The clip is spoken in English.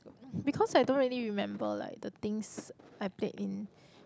because I don't really remember like the things I played in